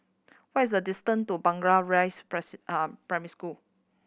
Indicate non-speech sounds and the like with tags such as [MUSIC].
what is the distance to Blangah Rise [UNINTELLIGIBLE] Primary School